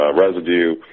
residue